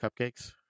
cupcakes